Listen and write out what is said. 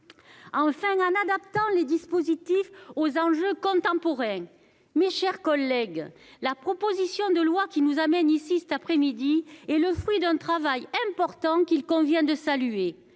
Enfin, il faut adapter les dispositifs aux enjeux contemporains. Mes chers collègues, la proposition de loi qui nous réunit cet après-midi est le fruit d'un travail important qu'il convient de saluer.